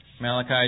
Malachi